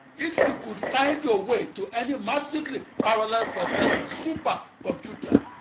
if you could find your way to any massively parallel processing supercomputer,